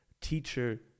teacher